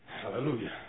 Hallelujah